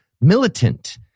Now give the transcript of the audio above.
militant